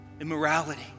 immorality